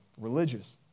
religious